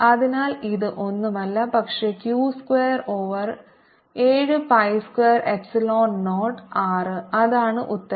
അതിനാൽ ഇത് ഒന്നുമല്ല പക്ഷേ Q square over 7 pi square epsilon 0 r അതാണ് ഉത്തരം